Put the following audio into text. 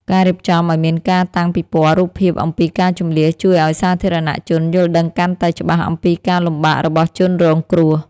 ការរៀបចំឱ្យមានការតាំងពិព័រណ៍រូបភាពអំពីការជម្លៀសជួយឱ្យសាធារណជនយល់ដឹងកាន់តែច្បាស់អំពីការលំបាករបស់ជនរងគ្រោះ។